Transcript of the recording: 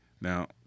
Now